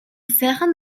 сайхан